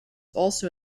also